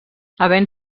havent